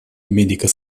медико